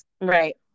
right